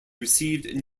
received